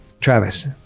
Travis